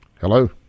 Hello